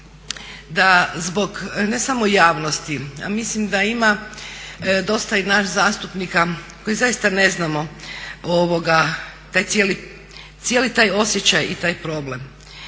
da zbog ne samo javnosti, mislim da ima dosta i nas zastupnika koji zaista ne znamo cijeli taj osjećaj i taj problem.